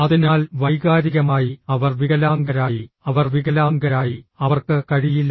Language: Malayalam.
അതിനാൽ വൈകാരികമായി അവർ വികലാംഗരായി അവർ വികലാംഗരായി അവർക്ക് കഴിയില്ല